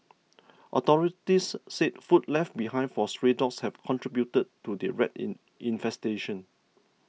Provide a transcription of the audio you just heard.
authorities said food left behind for stray dogs have contributed to the rat in infestation